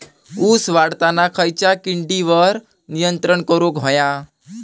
ऊस वाढताना खयच्या किडींवर नियंत्रण करुक व्हया?